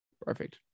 Perfect